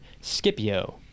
Scipio